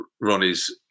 Ronnie's